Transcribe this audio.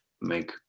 make